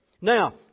Now